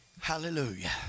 Hallelujah